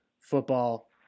football